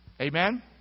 Amen